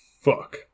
Fuck